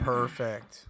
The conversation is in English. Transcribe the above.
Perfect